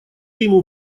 ему